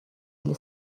для